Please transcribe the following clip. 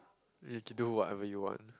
you can do whatever you want